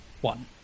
one